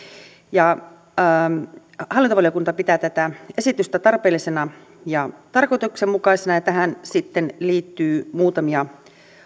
hallintovaliokunta pitää tätä esitystä tarpeellisena ja tarkoituksenmukaisena ja tähän sitten liittyy muutamia